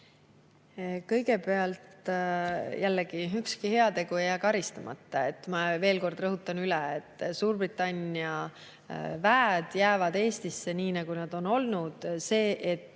Kõigepealt jällegi: ükski heategu ei jää karistamata. Ma veel kord rõhutan üle, et Suurbritannia väed jäävad Eestisse, nii nagu nad seni on olnud. Me